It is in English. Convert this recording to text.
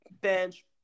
bench